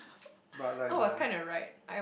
but like nah